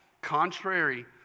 Contrary